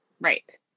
Right